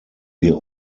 wir